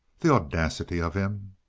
the audacity of him!